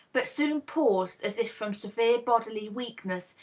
but soon paused, as if from severe bodily weakness,